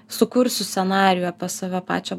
sukursiu scenarijų apie save pačią